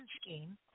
scheme